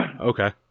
Okay